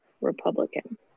Republican